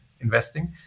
investing